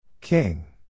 King